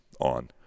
on